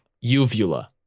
uvula